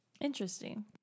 Interesting